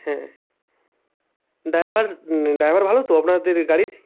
হ্যাঁ driver driver ভালো তো আপনাদের গাড়ির